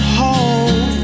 home